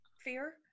fear